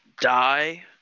die